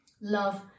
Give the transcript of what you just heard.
Love